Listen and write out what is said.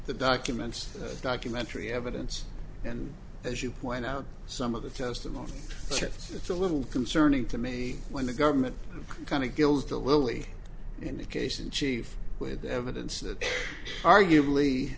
documents documentary evidence and as you point out some of the testimony it's a little concerning to me when the government kind of gild the lily indication chief with evidence that arguably